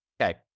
Okay